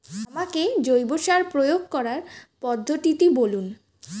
আমাকে জৈব সার প্রয়োগ করার পদ্ধতিটি বলুন?